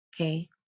okay